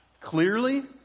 clearly